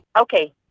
Okay